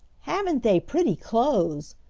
haven't they pretty clothes!